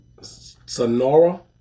Sonora